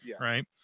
right